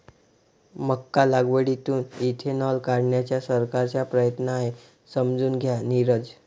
मका लागवडीतून इथेनॉल काढण्याचा सरकारचा प्रयत्न आहे, समजून घ्या नीरज